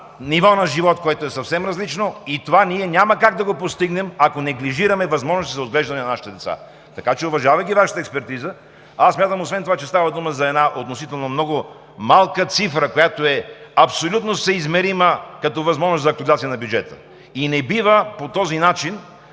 ниво на живот, което е съвсем различно. Това ние няма как да го постигнем, ако неглижираме възможностите за отглеждане на нашите деца. Така че, уважавайки Вашата експертиза, аз смятам освен това, че става дума за една относително много малка цифра, която е абсолютно съизмерима като възможност за актуализация на бюджета. Не бива по този начин